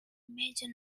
major